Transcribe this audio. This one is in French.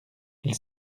elle